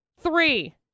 three